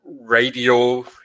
radio